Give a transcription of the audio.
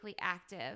active